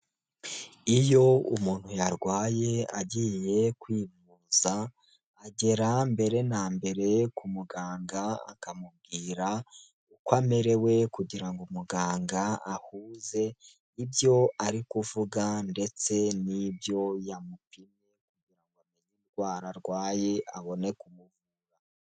Iyo umuntu yarwaye agiye kwivuza, agera mbere na mbere ku muganga akamubwira uko amerewe kugira ngo umuganga ahuze ibyo ari kuvuga ndetse n'ibyo yamupimye kugira ngo amenye indwara arwaye abone kumuvura.